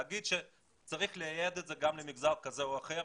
להגיד שצריך לייעד את זה למגזר כזה או אחר,